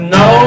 no